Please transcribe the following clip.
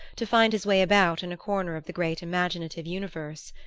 to find his way about in a corner of the great imaginative universe.